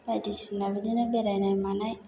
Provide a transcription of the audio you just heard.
बायदिसिना बिदिनो बेरायनाय मानाय